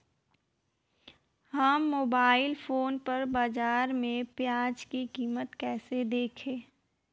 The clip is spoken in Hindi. हम मोबाइल फोन पर बाज़ार में प्याज़ की कीमत कैसे देखें?